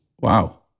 Wow